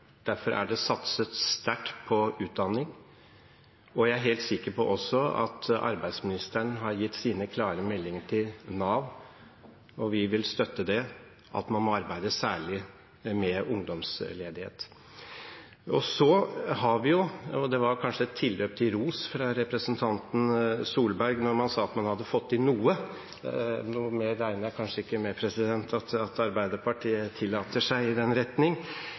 Derfor er det satset sterkt på utdanning, og jeg er også helt sikker på at arbeidsministeren har gitt sine klare meldinger til Nav. Vi vil støtte det at man må arbeide særlig med ungdomsledighet. Det var kanskje et tilløp til ros fra representanten Tvedt Solberg da han sa at man hadde fått til noe på lærlingtilskuddet – noe mer regner jeg kanskje ikke med at Arbeiderpartiet tillater seg i den retning.